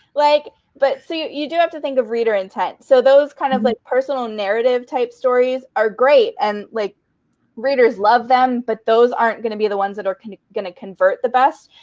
like but so you do have to think of reader intent. so those kind of like personal narrative type stories are great and like readers love them. but those aren't going to be the ones that are kind of going to convert the best.